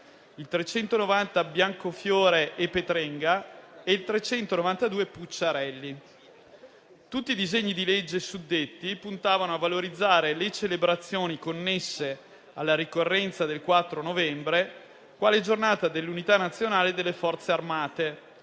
Biancofiore e Petrenga e il 392 della senatrice Pucciarelli. Tutti i disegni di legge suddetti puntavano a valorizzare le celebrazioni connesse alla ricorrenza del 4 novembre quale Giornata dell'Unità nazionale e delle Forze armate